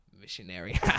missionary